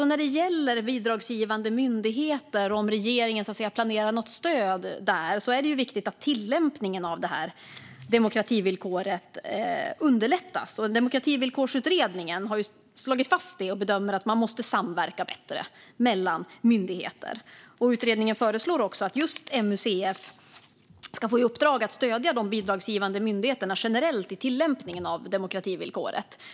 När det gäller bidragsgivande myndigheter och om regeringen planerar något stöd kan jag säga: Det är viktigt att tillämpningen av demokrativillkoret underlättas. Demokrativillkorsutredningen har slagit fast det och bedömer att man måste samverka bättre mellan myndigheter. Utredningen föreslår att just MUCF ska få i uppdrag att stödja de bidragsgivande myndigheterna generellt i tillämpningen av demokrativillkoret.